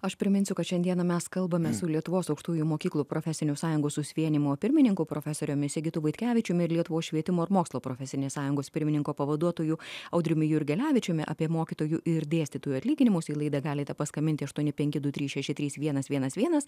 aš priminsiu kad šiandieną mes kalbame su lietuvos aukštųjų mokyklų profesinių sąjungų susivienijimo pirmininku profesoriumi sigitu vaitkevičiumi ir lietuvos švietimo ir mokslo profesinės sąjungos pirmininko pavaduotoju audriumi jurgelevičiumi apie mokytojų ir dėstytojų atlyginimus į laidą galite paskambinti aštuoni penki du trys šeši trys vienas vienas vienas